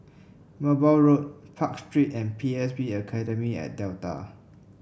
Merbau Road Park Street and P S B Academy at Delta